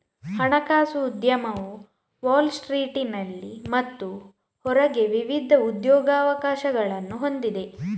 ಹಣಕಾಸು ಉದ್ಯಮವು ವಾಲ್ ಸ್ಟ್ರೀಟಿನಲ್ಲಿ ಮತ್ತು ಹೊರಗೆ ವಿವಿಧ ಉದ್ಯೋಗಾವಕಾಶಗಳನ್ನು ಹೊಂದಿದೆ